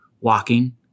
walking